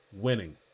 winning